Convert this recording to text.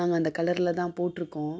நாங்கள் அந்த கலர்ல தான் போட்டுருக்கோம்